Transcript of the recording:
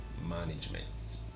management